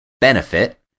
benefit